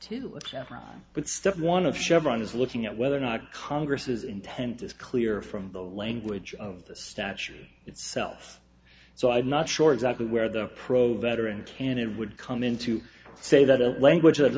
step one of chevron is looking at whether or not congress is intent is clear from the language of the statute itself so i'm not sure exactly where the pro veteran candidate would come in to say that a language